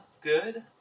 good